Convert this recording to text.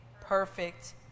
perfect